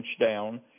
down